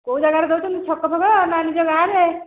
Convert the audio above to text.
କେଉଁ ଜାଗାରେ ଦଉଛନ୍ତି ଛକ ପାଖରେ ନା ନିଜ ଗାଁରେ